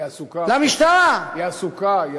היא עסוקה עכשיו.